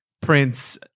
Prince